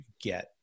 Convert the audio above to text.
get